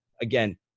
Again